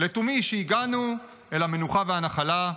לתומי שהגענו אל המנוחה והנחלה.